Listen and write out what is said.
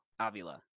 avila